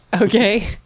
Okay